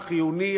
החיוני,